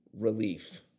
relief